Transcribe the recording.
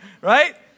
right